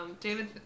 David